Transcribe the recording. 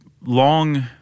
long